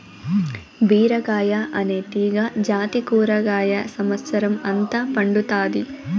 బీరకాయ అనే తీగ జాతి కూరగాయ సమత్సరం అంత పండుతాది